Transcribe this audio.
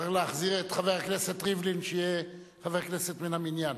צריך להחזיר את חבר הכנסת ריבלין שיהיה חבר כנסת מן המניין.